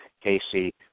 Casey